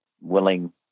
willing